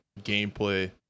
gameplay